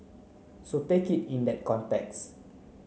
so take it in that context